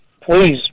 Please